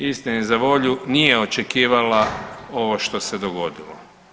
Istini za volju nije očekivala ovo što se dogodilo.